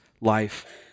life